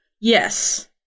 yes